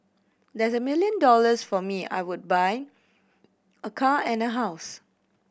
there's a million dollars for me I would buy a car and a house